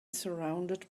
surrounded